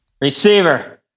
Receiver